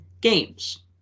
games